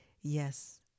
Yes